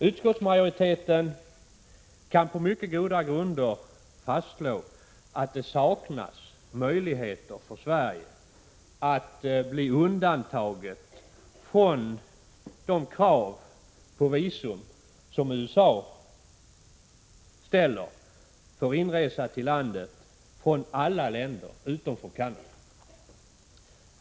Utskottsmajoriteten kan på mycket goda grunder fastslå att det saknas möjligheter för Sverige att undantas från de krav på visum som USA ställer för inresa till landet från alla länder utom från Canada.